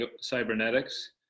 Cybernetics